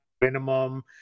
minimum